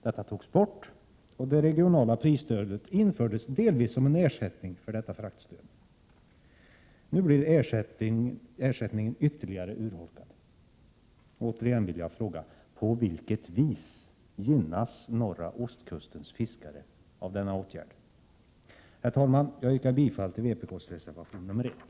Detta togs bort, och det regionala prisstödet infördes delvis som en ersättning för detta fraktstöd. Nu blir ersättningen ytterligare urholkad. Åter vill jag fråga: På vilket vis gynnas norra ostkustens fiskare av denna åtgärd? Herr talman! Jag yrkar bifall till vpk:s reservation nr 1.